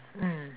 mm